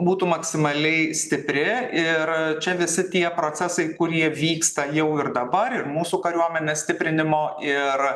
būtų maksimaliai stipri ir čia visi tie procesai kurie vyksta jau ir dabar ir mūsų kariuomenės stiprinimo ir